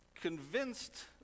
convinced